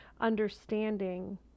understanding